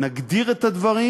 נגדיר את הדברים.